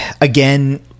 again